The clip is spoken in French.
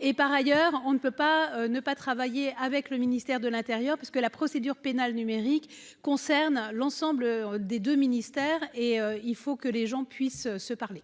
et par ailleurs on ne peut pas ne pas travailler avec le ministère de l'Intérieur, parce que la procédure pénale numérique concerne l'ensemble des 2 ministères et il faut que les gens puissent se parler.